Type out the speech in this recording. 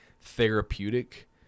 therapeutic